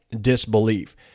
disbelief